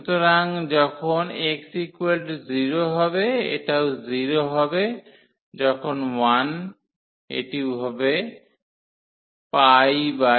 লিমিটটি যখন x 0 হবে এটাও 0 হবে যখন 1 এটি হবে 2